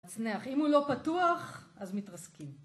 מצנח. אם הוא לא פתוח, אז מתרסקים.